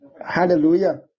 Hallelujah